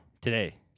today